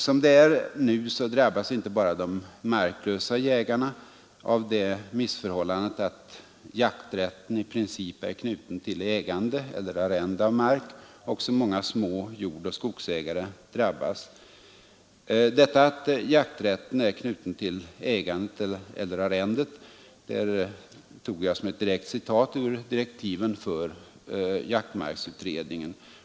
Som det nu är drabbas inte bara de marklösa jägarna av det missförhållandet att jakträtten i princip är knuten till ägande eller arrende av mark. Också många små jordoch skogsägare drabbas. Att jakträtten är knuten till ägandet eller i vissa fall arrendet tog jag som ett direkt citat ur direktiven för jaktmarksutredningen.